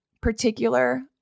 particular